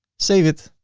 save it.